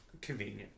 Convenient